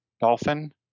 Dolphin